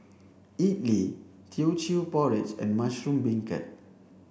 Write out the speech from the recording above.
idly Teochew porridge and mushroom beancurd